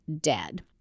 dead